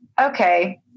okay